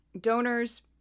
donors